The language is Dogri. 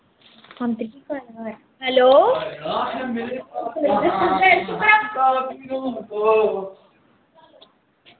हैल्लो